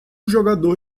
jogador